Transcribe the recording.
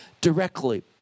directly